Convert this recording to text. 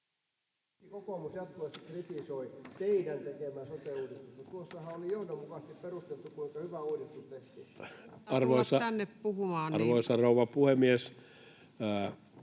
kokoomus jatkuvasti kritisoi ”teidän tekemää” sote-uudistusta? Tuossahan oli johdonmukaisesti perusteltu, kuinka hyvä uudistus tehtiin!] — Kannattaa tulla